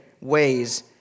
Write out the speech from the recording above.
ways